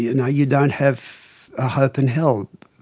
yeah no, you don't have a hope in hell.